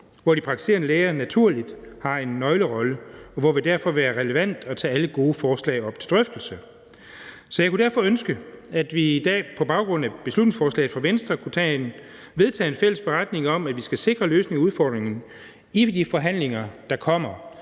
hvor de praktiserende læger naturligt har en nøglerolle, og hvor det derfor ville være relevant at tage alle gode forslag op til drøftelse. Så jeg kunne derfor ønske, at vi på baggrund af beslutningsforslaget fra Venstre kunne vedtage en fælles beretning om, at vi skal sikre løsningen af udfordringen i de forhandlinger, der kommer.